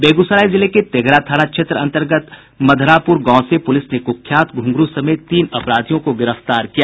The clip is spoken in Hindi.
बेगूसराय जिले के तेघड़ा थाना क्षेत्र अंतर्गत मधरापुर गांव से पुलिस ने कुख्यात घुंघरू समेत तीन अपराधियों को गिरफ्तार किया है